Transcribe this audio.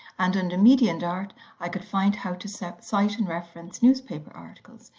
and under media and art i could find how to so cite and reference newspaper articles,